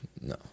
no